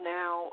now –